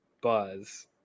Buzz